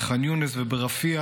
בח'אן יונס וברפיח,